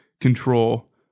control